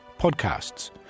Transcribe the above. podcasts